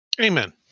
Amen